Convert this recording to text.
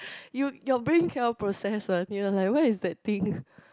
you your brain cannot process uh you were like where is that thing